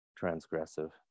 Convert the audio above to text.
transgressive